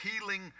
Healing